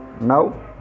Now